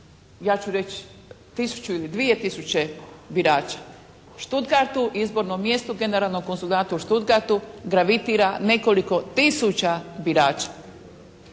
ja ću reći tisuću ili dvije tisuće birača. Stuttgartu izbornom mjestu generalnog konzulata u Stuttgartu gravitira nekoliko tisuća birača.